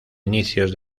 inicios